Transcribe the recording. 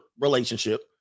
relationship